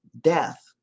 death